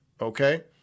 okay